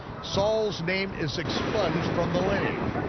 saul's name is expunged from the lineage,